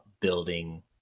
building